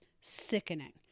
sickening